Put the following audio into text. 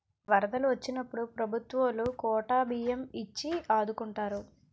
వరదలు వొచ్చినప్పుడు ప్రభుత్వవోలు కోటా బియ్యం ఇచ్చి ఆదుకుంటారు